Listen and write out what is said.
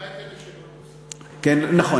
ומה עם אלה שלא נולדו נכון.